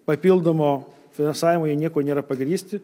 papildomo finansavimo jie niekuo nėra pagrįsti